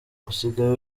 usigaye